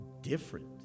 different